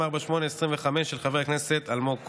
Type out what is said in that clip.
פ/3248/25, של חבר הכנסת אלמוג כהן.